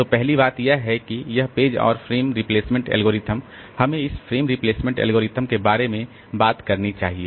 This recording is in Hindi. तो पहली बात यह है कि यह पेज और फ्रेम रिप्लेसमेंट एल्गोरिदम हमें इस फ्रेम रिप्लेसमेंट एल्गोरिदम के बारे में बात करनी चाहिए